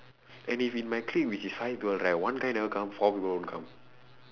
and if in my clique which is five people right one guy never come four people won't come